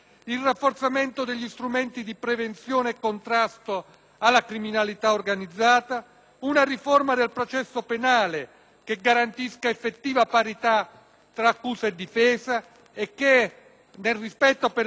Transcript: una riforma del processo penale che garantisca effettiva parità tra accusa e difesa e che, nel rispetto per le prerogative degli inquirenti, sappia affiancare la tutela delle garanzie di ogni cittadino;